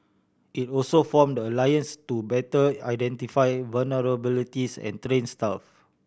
it also formed the alliance to better identify vulnerabilities and train staff